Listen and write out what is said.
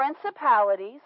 principalities